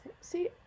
See